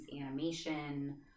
animation